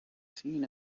seen